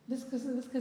viskas viskas